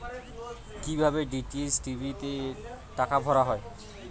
কি ভাবে DTH TV তে টাকা ভরা হয়?